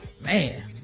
Man